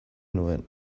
nuen